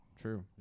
true